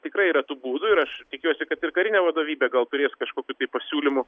tikrai yra tų būdų ir aš tikiuosi kad ir karinė vadovybė gal turės kažkokių tai pasiūlymų